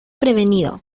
prevenido